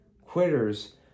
Quitters